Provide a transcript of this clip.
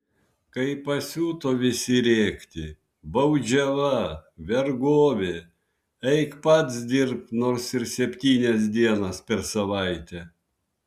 kai pasiuto visi rėkti baudžiava vergovė eik pats dirbk nors ir septynias dienas per savaitę